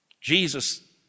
Jesus